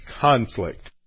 conflict